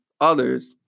others